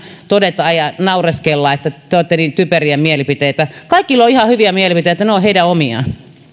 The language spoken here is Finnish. todeta ja naureskella että teillä on niin typeriä mielipiteitä kaikilla on ihan hyviä mielipiteitä ne ovat jokaisen omia